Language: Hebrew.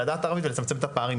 לדעת ערבית ולצמצם את הפערים.